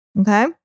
Okay